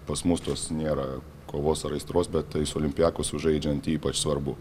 pas mus tos nėra kovos ar aistros bet tai su olympiakosu sužaidžiant ypač svarbu